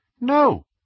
No